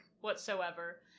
whatsoever